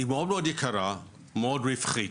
היא מאוד מאוד יקרה, מאוד רווחית,